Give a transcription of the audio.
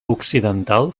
occidental